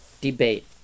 debate